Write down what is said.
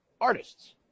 artists